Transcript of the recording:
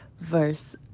verse